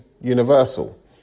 universal